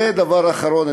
ודבר אחרון,